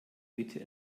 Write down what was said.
mitte